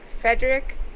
Frederick